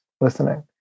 listening